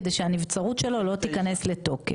הכנסת, כדי שהנצברות שלו לא תיכנס לתוקף.